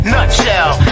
Nutshell